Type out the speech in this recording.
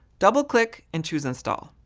double-click and choose install.